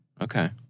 Okay